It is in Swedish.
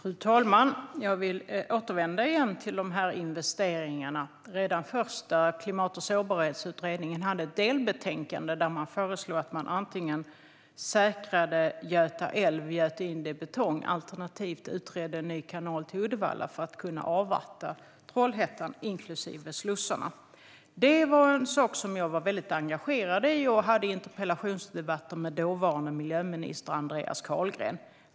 Fru talman! Jag vill återvända till investeringarna. Redan den första Klimat och sårbarhetsutredningen hade ett delbetänkande där det föreslogs att man antingen skulle säkra Göta älv och gjuta in den i betong eller utreda en ny kanal till Uddevalla för att kunna avvattna Trollhättan, inklusive slussarna. Det var en sak som jag var väldigt engagerad i och hade interpellationsdebatter om med dåvarande miljöminister Andreas Carlgren.